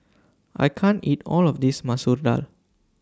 I can't eat All of This Masoor Dal